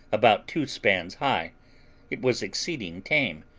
about two spans high it was exceeding tame,